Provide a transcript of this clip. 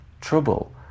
trouble